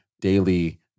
daily